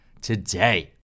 today